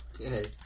Okay